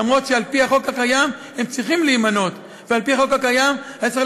אף שעל-פי החוק הן צריכות להימנות ועל-פי החוק הקיים היה צריך